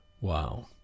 wow